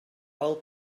all